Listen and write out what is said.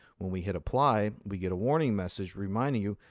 when we hit apply, we get a warning message reminding you,